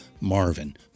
Marvin